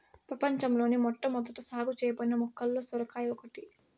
ప్రపంచంలోని మొట్టమొదట సాగు చేయబడిన మొక్కలలో సొరకాయ ఒకటి